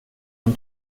han